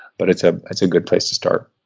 but it's ah it's a good place to start.